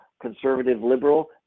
conservative-liberal